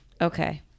Okay